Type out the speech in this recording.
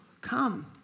come